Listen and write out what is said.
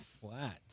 flat